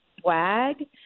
swag